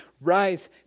Rise